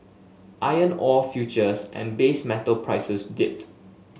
iron ore futures and base metal prices dipped